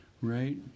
right